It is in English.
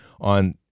on